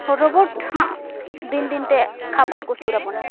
robot ᱦᱟᱸᱜ ᱫᱤᱱ ᱫᱤᱱᱛᱮ ᱠᱷᱟᱯ ᱥᱩᱨᱟᱵᱚᱱᱟ